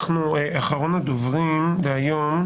רוב הדברים פה נאמרו.